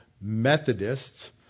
Methodists